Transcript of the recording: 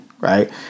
right